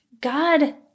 God